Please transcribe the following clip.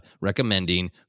recommending